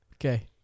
Okay